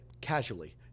casually